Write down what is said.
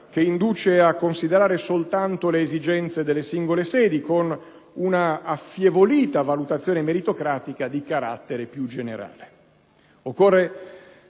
che induce a considerare soltanto le esigenze delle singole sedi, con una affievolita valutazione meritocratica di carattere più generale. Occorre